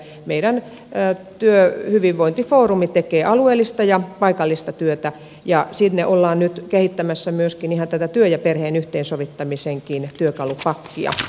meidän työhyvinvointifoorumi tekee alueellista ja paikallista työtä ja sinne ollaan nyt kehittämässä ihan tätä työn ja perheen yhteensovittamisenkin työkalupakkia